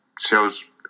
shows